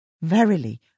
verily